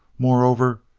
moreover,